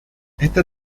esta